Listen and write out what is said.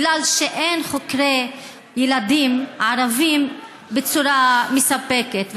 אין חוקרי ילדים ערבים במידה מספקת,